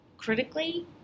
critically